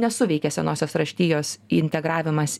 nesuveikė senosios raštijos integravimas